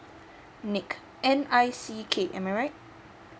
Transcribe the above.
nick N I C K am I right